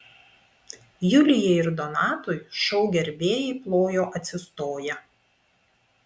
julijai ir donatui šou gerbėjai plojo atsistoję